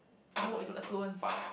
no it's affluence